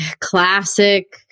classic